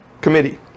committee